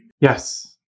Yes